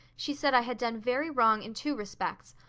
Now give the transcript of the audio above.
she said i had done very wrong in two respects.